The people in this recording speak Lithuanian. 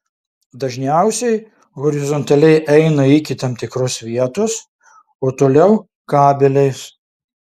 dažniausiai horizontaliai eina iki tam tikros vietos o toliau kabeliais